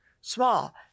small